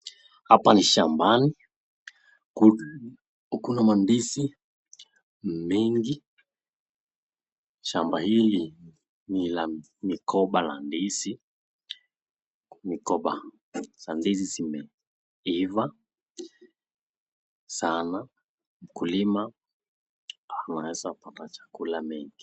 Hapa ni shambani kuna mandizi mingi. Shamba hili ni la migomba la ndizi. Migomba za ndizi zimeiva sana wakulima wanaeza pata chakula mengi.